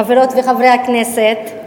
חברות וחברי הכנסת,